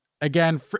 again